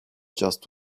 just